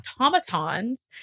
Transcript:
automatons